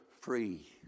free